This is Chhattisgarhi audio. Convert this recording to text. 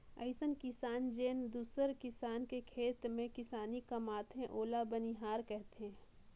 अइसन किसान जेन दूसर किसान के खेत में किसानी कमाथे ओला बनिहार केहथे